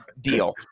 Deal